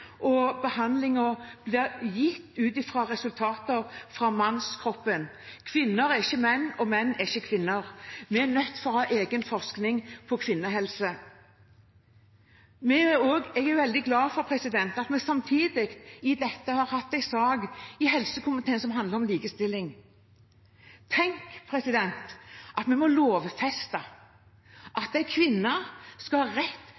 og behandling blir gitt ut fra resultater fra mannskroppen. Kvinner er ikke menn, og menn er ikke kvinner. Vi er nødt til å ha egen forskning på kvinnehelse. Jeg er veldig glad for at vi samtidig med dette har hatt en sak i helsekomiteen som handler om likestilling. Tenk at vi må lovfeste at en kvinne skal ha rett